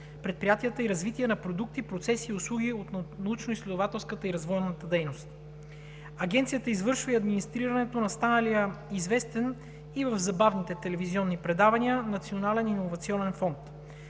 предприятията и развитието на продукти, процеси и услуги от научно-изследователската и развойната дейност. Агенцията извършва администрирането на станалия известен и в забавните телевизионни предавания Национален иновационен фонд,